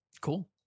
Cool